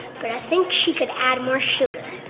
but i think she could add more sugar.